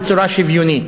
בצורה שוויונית,